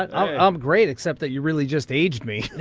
i'm great, except that you really just aged me